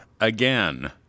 again